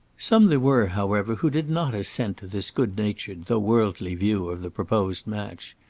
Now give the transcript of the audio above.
some there were, however, who did not assent to this good-natured though worldly view of the proposed match.